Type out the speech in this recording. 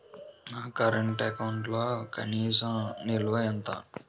నా కరెంట్ అకౌంట్లో కనీస నిల్వ ఎంత?